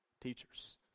Teachers